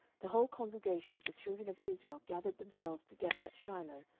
the whole congregation of the children of israel gathered themselves together at shiloh,